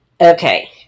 Okay